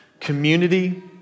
community